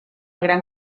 gran